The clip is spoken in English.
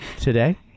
today